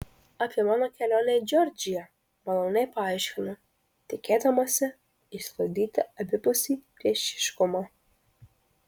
apie mano kelionę į džordžiją maloniai paaiškinu tikėdamasi išsklaidyti abipusį priešiškumą